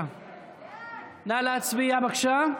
נא להצביע, בבקשה.